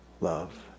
love